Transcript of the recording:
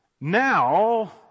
Now